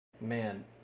Man